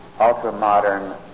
ultra-modern